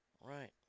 Right